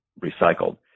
recycled